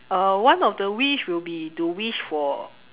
one of the wish will be to wish for